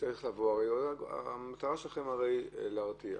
הרי המטרה שלכם היא להרתיע.